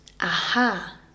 aha